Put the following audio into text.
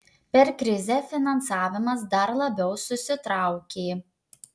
per krizę finansavimas dar labiau susitraukė